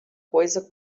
coisa